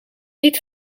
niet